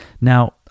Now